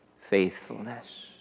faithfulness